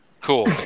Cool